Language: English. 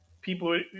people